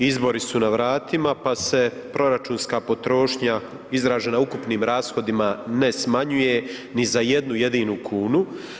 Izbori su na vratima pa se proračunska potrošnja izražena ukupnim rashodima ne smanjuje ni za jednu jedinu kunu.